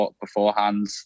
beforehand